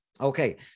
Okay